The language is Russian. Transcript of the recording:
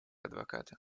адвоката